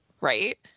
right